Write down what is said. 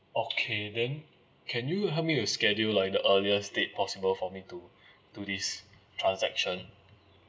okay then can you help you with schedule like the earliest date possible for me to do this transaction